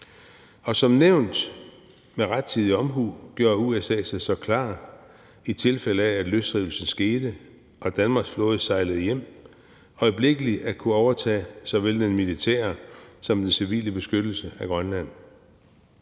Og som nævnt gjorde USA med rettidig omhu sig klar, i tilfælde af at løsrivelsen skete og Danmarks flåde sejlede hjem, til øjeblikkelig at kunne overtage såvel den militære som den civile beskyttelse af Grønland.